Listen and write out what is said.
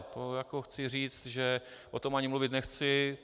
To jako chci říct, že o tom ani mluvit nechci.